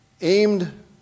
aimed